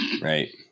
Right